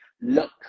look